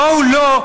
בואו לא,